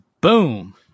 Boom